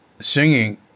singing